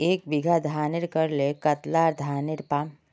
एक बीघा धानेर करले कतला धानेर पाम?